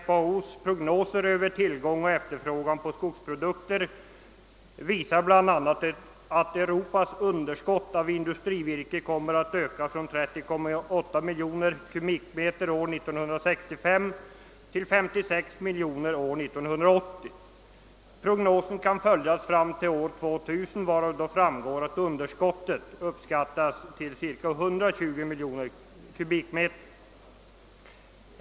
FAO:s prognoser över tillgång och efterfrågan på skogsprodukter visar bl.a. att Europas underskott av industrivirke kommer att öka från 30,8 miljoner kubikmeter år 1965 till 56 miljoner år 1980. Prognosen kan följas fram till år 2000, då underskottet uppskattas till cirka 120 miljoner kubikmeter.